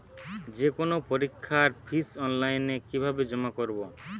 যে কোনো পরীক্ষার ফিস অনলাইনে কিভাবে জমা করব?